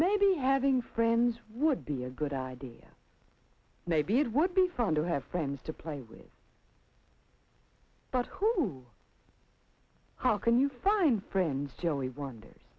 maybe having friends would be a good idea maybe it would be fun to have friends to play with but who knows how can you find friends joey wonders